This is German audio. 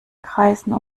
kreisen